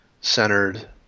centered